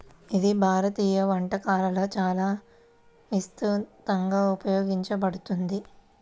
ఇది భారతీయ వంటకాలలో చాలా విస్తృతంగా ఉపయోగించబడుతుంది